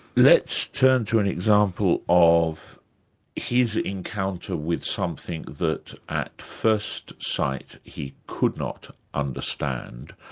let's turn to an example of his encounter with something that at first sight he could not understand,